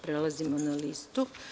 Prelazimo na listu.